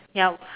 ya